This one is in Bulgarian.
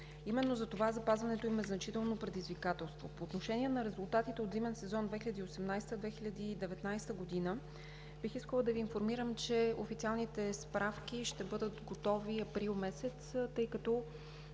Именно затова запазването им е значително предизвикателство. По отношение на резултатите от зимен сезон 2018 – 2019 г. бих искала да Ви информирам, че официалните справки ще бъдат готови месец април, тъй като